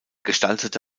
gestaltete